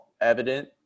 evident